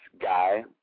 guy